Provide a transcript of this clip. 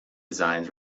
designs